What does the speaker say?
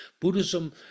Buddhism